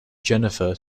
jennifer